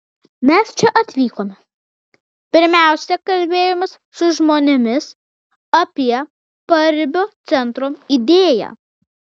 mes čia atvykome pirmiausia kalbėjomės su žmonėmis apie paribio centro idėją